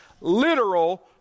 literal